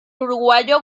uruguayo